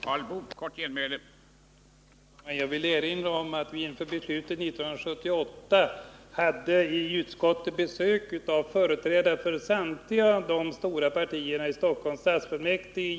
Herr talman! Jag vill erinra om att vi i utskottet inför beslutet 1978 hade besök av framstående företrädare för samtliga stora partier i Stockholms stadsfullmäktige.